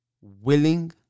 willing